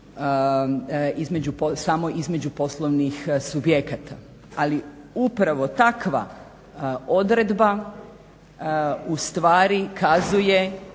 samo između poslovnih subjekata. Ali upravo takva odredba ustvari kazuje